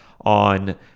on